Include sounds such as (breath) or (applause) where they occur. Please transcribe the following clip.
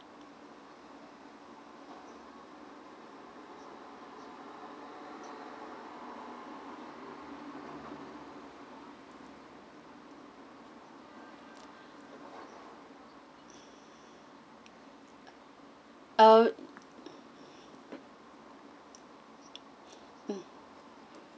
uh mm (breath)